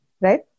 Right